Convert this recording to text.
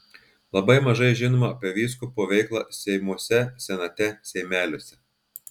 labai mažai žinoma apie vyskupo veiklą seimuose senate seimeliuose